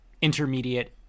intermediate